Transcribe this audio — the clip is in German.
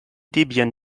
debian